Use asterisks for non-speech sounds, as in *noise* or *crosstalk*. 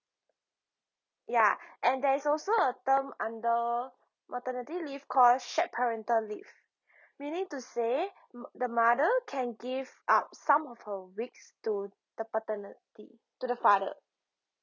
ya *breath* and there is also a term under maternity leave called shared parental leave *breath* meaning to say m~ the mother can give up some of her weeks to the paternity to the father